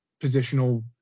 positional